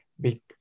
big